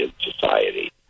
society